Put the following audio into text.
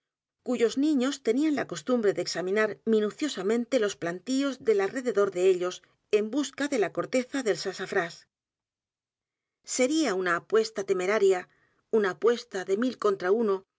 cuyos niños tenían la costumbre de examinar minuciosamente los plantíos del alrededor de ellos en busca de la corteza del sasafrás sería una apuesta temeraria una apuesta de mil